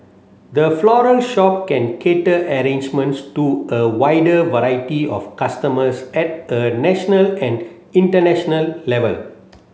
the floral shop can cater arrangements to a wider variety of customers at a national and international level